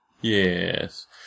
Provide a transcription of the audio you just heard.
Yes